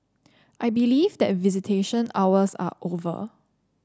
I believe that visitation hours are over